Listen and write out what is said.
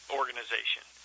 organization